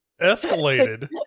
escalated